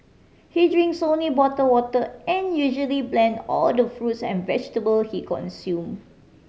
he drinks only bottle water and usually blend all the fruits and vegetable he consume